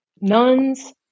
nuns